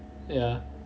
ya